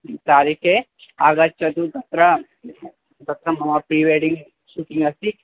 तारिका आगच्छतु तत्र तत्र मम पीवेडिङ्ग् शूटिङ्ग् अस्ति